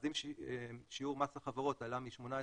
אז אם שיעור מס החברות עלה מ-18%,